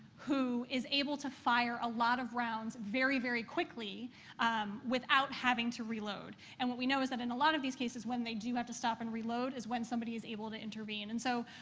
who is able to fire a lot of rounds very, very quickly without having to reload. and what we know is that in a lot of these cases, when they do have to stop and reload is when somebody is able to intervene. and so,